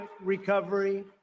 recovery